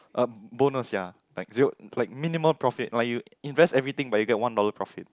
um bonus ya like zero like minimum profit like you invest everything but you get one dollar profit